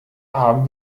haben